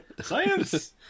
Science